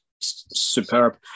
superb